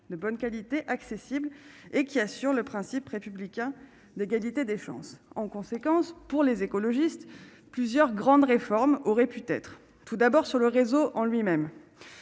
de bonne qualité accessible et qui assure le principe républicain d'égalité des chances en conséquence pour les écologistes, plusieurs grandes réformes auraient pu être tout d'abord sur le réseau en lui-même,